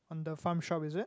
on the Farm Shop is it